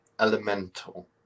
elemental